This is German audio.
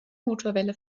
motorwelle